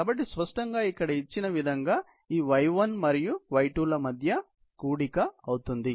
కాబట్టి స్పష్టంగా ఇక్కడ ఇచ్చిన విధంగా ఈ y1 మరియు y2 ల మధ్య కూడిక అవుతుంది